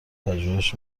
پژوهش